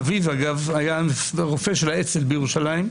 אביו, אגב, היה רופא של האצ"ל בירושלים.